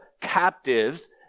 captives